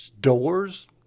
doors